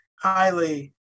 highly